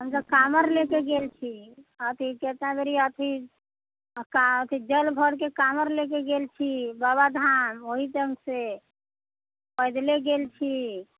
हमसब कामर लऽ कऽ गेल छी अथी कतना बेरी अथी जल भरिकऽ कामर लऽ कऽ गेल छी बाबाधाम ओहिजमसँ पैदले गेल छी